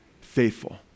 Faithful